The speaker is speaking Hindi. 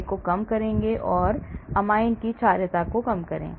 pKa को कम करें amine की क्षारीयता कम करें